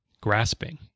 grasping